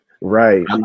Right